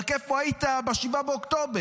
רק איפה היית ב-7 באוקטובר?